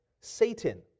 Satan